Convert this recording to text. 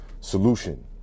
solution